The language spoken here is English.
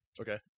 Okay